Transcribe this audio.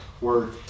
word